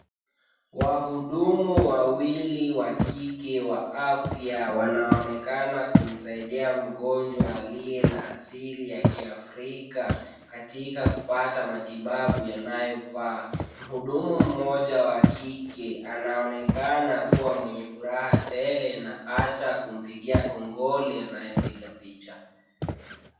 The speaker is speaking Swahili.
Wahudumu wawili wa kike wa afya wanaonekana kumsaidia mgonjwa aliye na asili ya kiafrika katika kupata matibabu yanayofaa. Mhudumu mmoja wa kike anaonekana kuwa mwenye furaha tele na hata kumpigia kongole anayempiga picha.